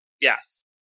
Yes